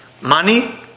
Money